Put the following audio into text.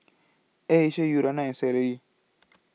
Air Asia Urana and Sara Lee